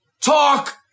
talk